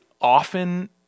often